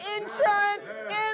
insurance